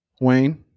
Wayne